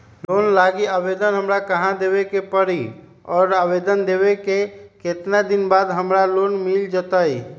Loan लागी आवेदन हमरा कहां देवे के पड़ी और आवेदन देवे के केतना दिन बाद हमरा लोन मिल जतई?